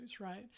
right